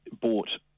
bought